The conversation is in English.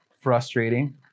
frustrating